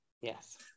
Yes